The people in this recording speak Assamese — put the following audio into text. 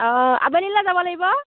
অ আবেলিলৈ যাব লাগিব